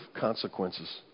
consequences